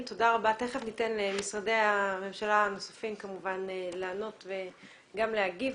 תכף ניתן למשרדי הממשלה הנוספים לענות ולהגיב.